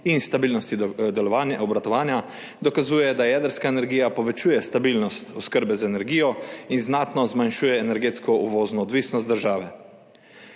in stabilnosti obratovanja dokazuje, da jedrska energija povečuje stabilnost oskrbe z energijo in znatno zmanjšuje energetsko uvozno odvisnost države.